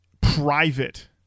Private